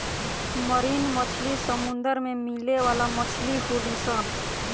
marine मछली समुंदर में मिले वाला मछली होली सन